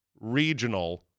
regional